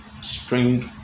spring